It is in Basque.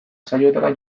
saiotara